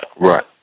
Right